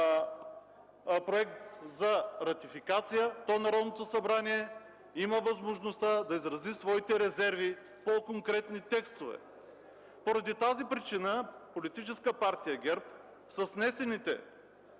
проект за ратификация, то Народното събрание има възможността да изрази своите резерви по конкретни текстове. Поради тази причина с внесеното